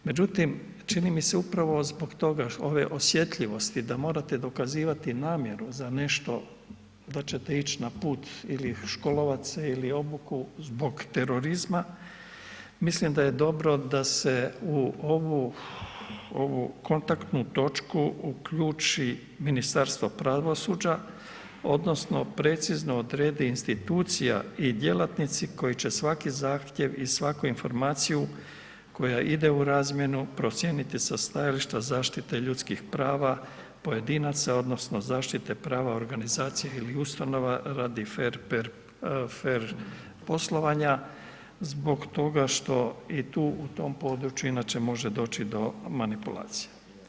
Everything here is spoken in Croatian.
Međutim, čini mi se upravo zbog toga, ove osjetljivosti da morate dokazivati namjeru za nešto da ćete ić na put ili školovat se ili obuku zbog terorizma, mislim da je dobro da se u ovu kontaktnu točku uključi Ministarstvo pravosuđa odnosno precizno odredi institucija i djelatnici koji će svaki zahtjev i svaku informacija koje ide u razmjenu procijeniti sa stajališta zaštite ljudskih prava pojedinaca odnosno zaštite prava organizacije ili ustanova radi fer poslovanja zbog toga što i tu u tom području inače može doći do manipulacije.